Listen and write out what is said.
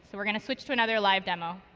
so we're going to switch to another live demo.